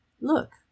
Look